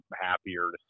happier